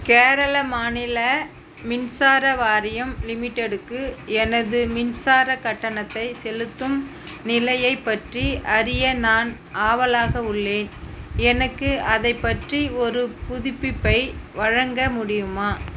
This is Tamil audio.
கேரளா மாநில மின்சார வாரியம் லிமிடெடுக்கு எனது மின்சாரக் கட்டணத்தை செலுத்தும் நிலையை பற்றி அறிய நான் ஆவலாக உள்ளேன் எனக்கு அதைப் பற்றி ஒரு புதுப்பிப்பை வழங்க முடியுமா